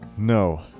No